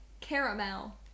caramel